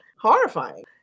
horrifying